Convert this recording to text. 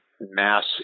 mass